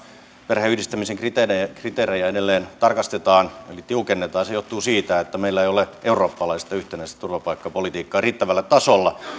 perheenyhdistämisen kriteerejä edelleen tarkastetaan eli tiukennetaan johtuu siitä että meillä ei ole eurooppalaista yhtenäistä turvapaikkapolitiikkaa riittävällä tasolla